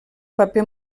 paper